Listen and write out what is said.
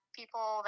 people